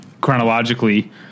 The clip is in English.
chronologically